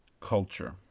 culture